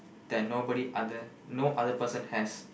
that nobody other no other person has